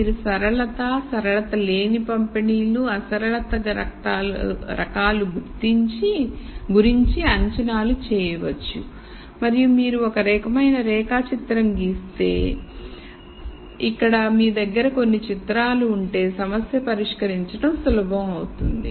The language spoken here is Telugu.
మీరు సరళత సరళత లేని పంపిణీలు అసరళత రకాలు గురించి అంచనాలు చేయవచ్చు మరియు మీరు ఒక రకమైన రేఖా చిత్రం గీస్తే చేస్తే మరియు ఇక్కడ మీ దగ్గర కొన్ని చిత్రాలు ఉంటే సమస్య పరిష్కరించడం సులభం అవుతుంది